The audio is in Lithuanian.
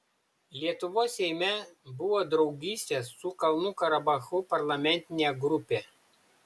lietuvos seime buvo draugystės su kalnų karabachu parlamentinė grupė